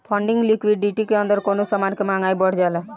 funding liquidity के अंदर कवनो समान के महंगाई बढ़ जाला